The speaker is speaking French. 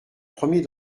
premier